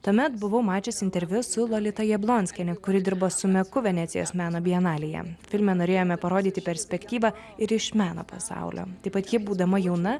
tuomet buvau mačiusi interviu su lolita jablonskiene kuri dirba su meku venecijos meno bienalėje filme norėjome parodyti perspektyvą ir iš meno pasaulio taip pat ji būdama jauna